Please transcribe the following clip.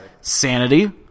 Sanity